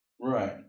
Right